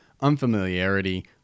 unfamiliarity